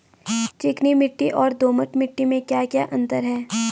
चिकनी मिट्टी और दोमट मिट्टी में क्या क्या अंतर है?